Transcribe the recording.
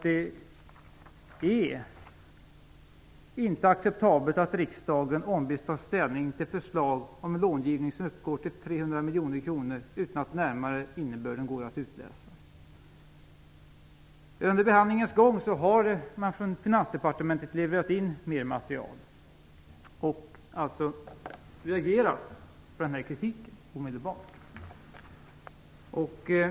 "Det är inte acceptabelt att riksdagen ombeds ta ställning till ett förslag om en långivning som uppgår till 300 miljoner kronor utan att den närmare innebörden går att utläsa." Under behandlingens gång har man från Finansdepartementet levererat mer material och har alltså omedelbart reagerat på kritiken.